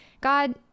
God